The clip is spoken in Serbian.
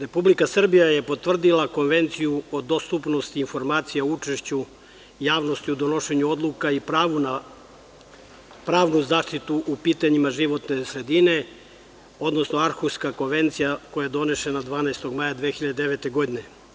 Republika Srbija je potvrdila Konvenciju o dostupnosti informacija o učešću javnosti u donošenju odluka i pravnu zaštitu u pitanjima životne sredine, odnosno Arhuska konvencija koja je doneta 12. maja 2009. godine.